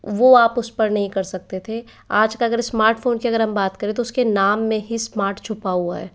वो आप उस पर नहीं कर सकते थे आज का अगर स्मार्टफ़ोन की अगर हम बात करें तो उसके नाम में ही स्मार्ट छुपा हुआ है